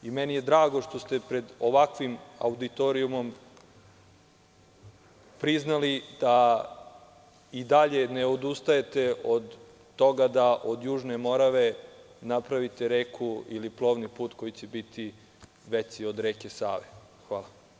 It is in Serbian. Meni je drago što ste pred ovakvim auditorijumom priznali da i dalje ne odustajete od toga da od Južne Morave napravite reku ili plovni put koji će biti veći od reke Save.